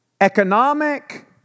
economic